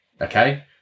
Okay